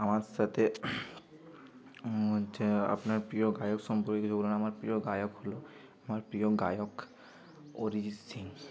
আমার সাথে হচ্ছে আপনার প্রিয় গায়ক সম্পর্কে কিছু বলুন আমার প্রিয় গায়ক হল আমার প্রিয় গায়ক অরিজিৎ সিং